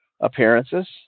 appearances